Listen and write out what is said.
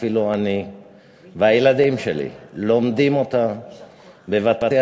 אפילו אני והילדים שלי לומדים אותה בבתי-הספר,